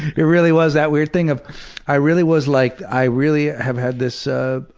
it really was that weird thing of i really was like i really have had this ah